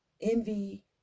envy